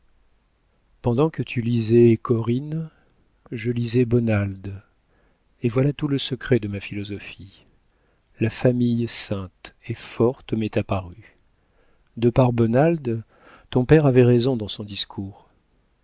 pendant que tu lisais corinne je lisais bonald et voilà tout le secret de ma philosophie la famille sainte et forte m'est apparue de par bonald ton père avait raison dans son discours